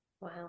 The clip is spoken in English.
wow